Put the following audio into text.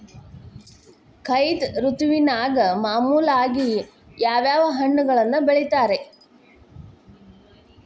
ಝೈದ್ ಋತುವಿನಾಗ ಮಾಮೂಲಾಗಿ ಯಾವ್ಯಾವ ಹಣ್ಣುಗಳನ್ನ ಬೆಳಿತಾರ ರೇ?